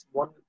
one